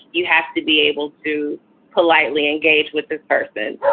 you have to be able to politely engage with this person.